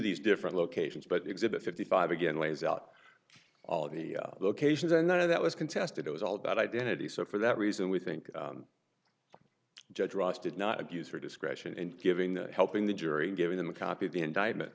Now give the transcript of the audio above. these different locations but exhibit fifty five again lays out all of the locations and none of that was contested it was all about identity so for that reason we think judge ross did not abuse her discretion in giving the helping the jury giving them a copy of the indictment